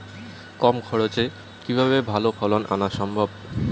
কম খরচে কিভাবে ভালো ফলন আনা সম্ভব?